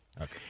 Okay